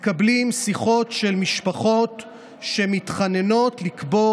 מקבלים שיחות של משפחות המתחננות לקבור